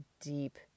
deep